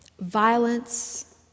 violence